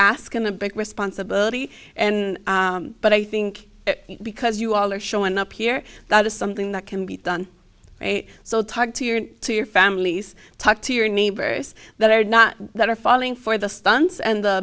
big responsibility and but i think because you all are showing up here that is something that can be done so talk to your to your families talk to your neighbors that are not that are falling for the stunts and the